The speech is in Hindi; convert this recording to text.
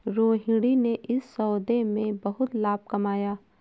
रोहिणी ने इस सौदे में बहुत लाभ कमाया